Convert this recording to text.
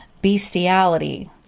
Bestiality